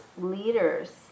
leaders